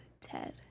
Ted